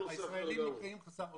הישראלים נקראים חסרי עורף.